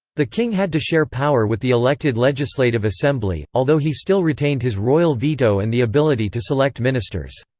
the king had to share power with the elected legislative assembly, although he still retained his royal veto and the ability to select ministers.